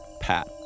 Pat